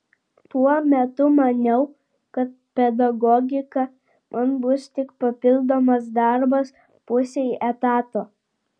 tuo metu maniau kad pedagogika man bus tik papildomas darbas pusei etato